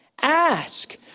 Ask